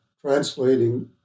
translating